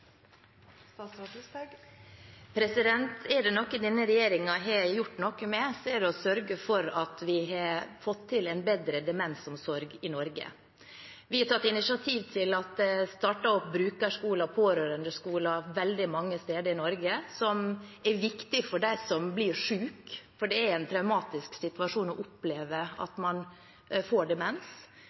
Er det noe denne regjeringen har gjort, er det å sørge for at vi har fått til en bedre demensomsorg i Norge. Vi har tatt initiativ til at det er startet opp brukerskoler og pårørendeskoler veldig mange steder i Norge, noe som er viktig for dem som blir syke, for det er en traumatisk situasjon å oppleve at man får demens.